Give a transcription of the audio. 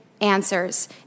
answers